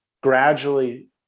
gradually